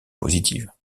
positive